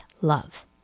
love